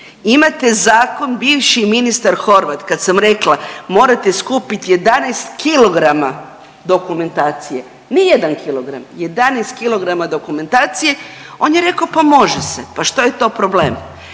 imate zakon, bivši ministar Horvat, kad sam rekla, morate skupiti 11 kilograma dokumentacije, ne 1, 11 kilograma dokumentacije, on je rekao pa može se, pa što je to problem.